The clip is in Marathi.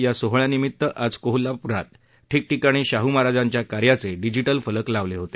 या सोहळ्यानिमित्त आज कोल्हापुरात ठिकठिकाणी शाहू महाराजांच्या कार्याचे डिजीटल फलक लावले होते